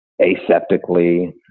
aseptically